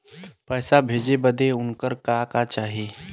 पैसा भेजे बदे उनकर का का चाही?